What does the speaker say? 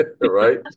Right